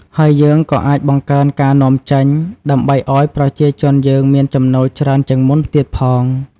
ហើយយើងក៏អាចបង្កើនការនាំចេញ ដើម្បីឲ្យប្រជាជនយើងមានចំណូលច្រើនជាងមុនទៀតផង។